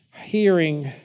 hearing